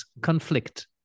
conflict